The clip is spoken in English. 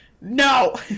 No